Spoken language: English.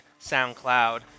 SoundCloud